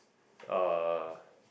uh